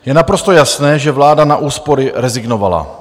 Je naprosto jasné, že vláda na úspory rezignovala.